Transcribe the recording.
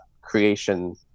creation